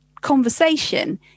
conversation